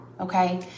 okay